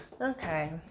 Okay